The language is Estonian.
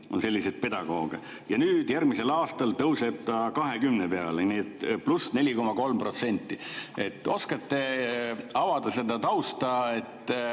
on selliseid pedagooge. Ja nüüd järgmisel aastal tõuseb see 20 peale, nii et +4,3%. Oskate avada seda tausta, et